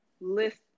list